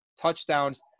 touchdowns